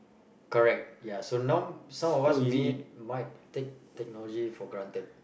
correct ya so now some of us may might take technology for granted